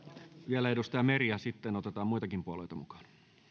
vielä edustaja meri ja sitten otetaan muitakin puolueita mukaan